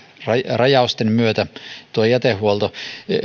rajausten myötä tuo jätehuolto